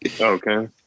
okay